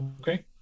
Okay